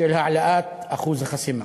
של העלאת אחוז החסימה.